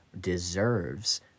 deserves